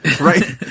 right